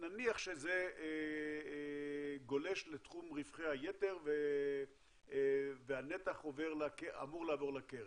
נניח שזה גולש לתחום רווחי היתר והנתח אמור לעבור לקרן,